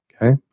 okay